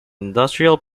industrial